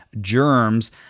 germs